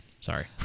Sorry